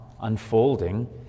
unfolding